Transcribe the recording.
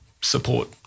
support